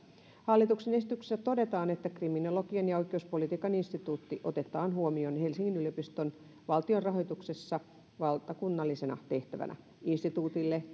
hallituksen esityksessä todetaan että kriminologian ja oikeuspolitiikan instituutti otetaan huomioon helsingin yliopiston valtion rahoituksessa valtakunnallisena tehtävänä instituutille